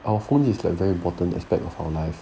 our phone is like very important aspect of our lives